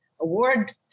award